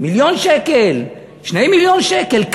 מיליון שקל, 2 מיליון שקל?